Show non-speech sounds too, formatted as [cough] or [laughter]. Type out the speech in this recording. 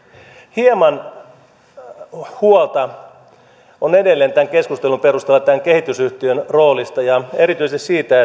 hieman huolta on edelleen tämän keskustelun perusteella tämän kehitysyhtiön roolista ja erityisesti siitä [unintelligible]